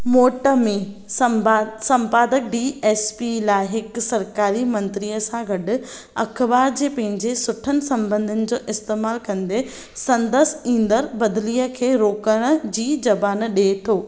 मोट में सम्बा संपादकु डी एस पी लाइ हिक सरकारी मंत्रीअ सां गॾु अख़बार जे पंहिंजे सुठनि संॿंधनि जो इस्तेमालु कंदे संदसि ईंदड़ु बदिलीअ खे रोकण जी ज़बान ॾिए थो